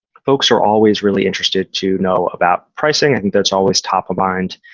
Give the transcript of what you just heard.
folks are always really interested to know about pricing. i think that's always top of mind.